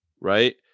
right